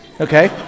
okay